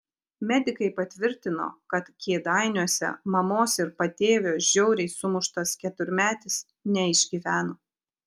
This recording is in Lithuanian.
medikai patvirtino kad kėdainiuose mamos ir patėvio žiauriai sumuštas keturmetis neišgyveno